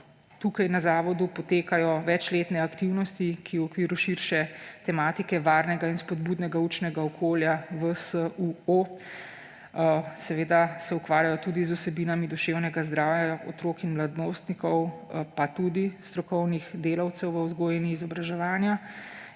podlag. Na zavodu potekajo večletne aktivnosti, ki se v okviru širše tematike varnega in spodbudnega učnega okolja ‒ VSUO ukvarjajo tudi z vsebinami duševnega zdravja otrok in mladostnikov, pa tudi strokovnih delavcev v vzgoji in izobraževanju,